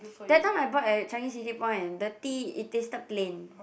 that time I bought at Changi-City Point and the tea it tasted plain